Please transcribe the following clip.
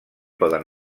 poden